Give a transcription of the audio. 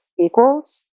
equals